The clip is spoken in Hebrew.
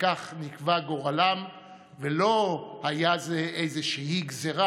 שכך נקבע גורלם, ולא הייתה זו איזושהי גזרה,